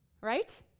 right